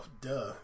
duh